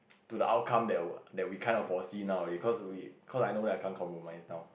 to the outcome that we that we kind of foresee now already cause we cause I know that I can't compromise now